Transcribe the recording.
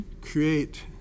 create